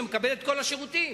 שמקבל את כל השירותים.